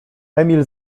emil